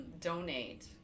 donate